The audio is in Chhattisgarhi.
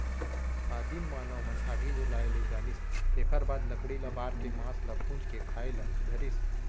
आदिम मानव मन आगी जलाए ले जानिस तेखर बाद लकड़ी ल बार के मांस ल भूंज के खाए ल धरिस